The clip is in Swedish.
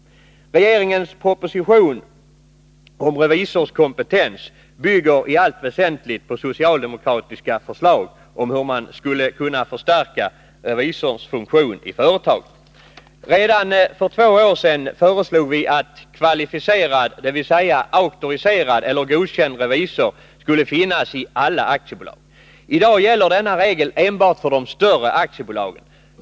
Regeringens proposition om revisors kompetens bygger i allt väsentligt på socialdemokratiska förslag om hur man skulle kunna förstärka revisorsfunktionen i företagen. Redan för två år sedan föreslog vi att kvalificerad, dvs. auktoriserad eller godkänd, revisor skulle finnas i alla aktiebolag. I dag gäller denna regel enbart för de större aktiebolagen.